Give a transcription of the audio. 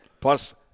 Plus